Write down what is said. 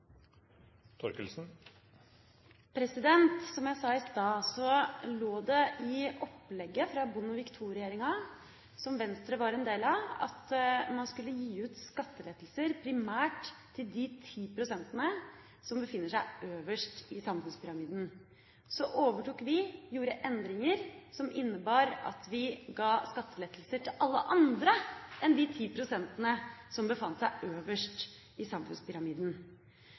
Som jeg sa i stad, lå det i opplegget fra Bondevik II-regjeringa, som Venstre var en del av, at man skulle gi skattelettelser primært til de ti prosentene som befinner seg øverst i samfunnspyramiden. Så overtok vi, og gjorde endringer som innebar at vi ga skattelettelser til alle andre enn de ti prosentene som befant seg øverst i